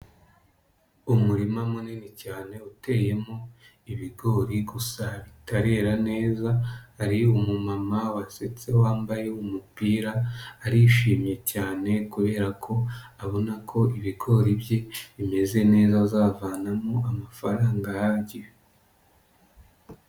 Umurima munini cyane uteyemo ibigori gusa bitarera neza, hari umumama wasetse wambaye umupira, arishimye cyane kubera ko abona ko ibigori bye bimeze neza azavanamo amafaranga ahagije.